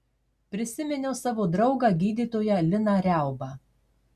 prisiminiau savo draugą gydytoją liną riaubą